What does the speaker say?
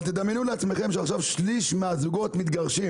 אבל תדמיינו לעצמכם שעכשיו שליש מהזוגות מתגרשים